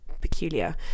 peculiar